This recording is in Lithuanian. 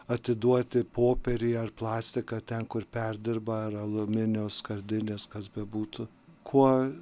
atiduoti popierį ar plastiką ten kur perdirba ar aliuminio skardinės kas bebūtų kuo